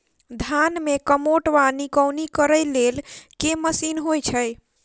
धान मे कमोट वा निकौनी करै लेल केँ मशीन होइ छै?